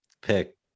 pick